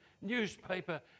newspaper